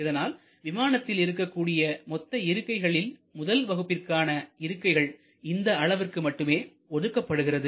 இதனால் விமானத்தில் இருக்கக்கூடிய மொத்த இருக்கைகளில் முதல் வகுப்பிற்கான இருக்கைகள் இந்த அளவு மட்டுமே ஒதுக்கப்படுகிறது